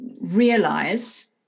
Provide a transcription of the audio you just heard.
realize